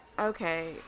Okay